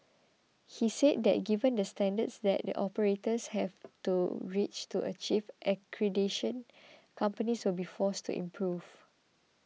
he said that given the standards that operators have to reach to achieve accreditation companies will be forced to improve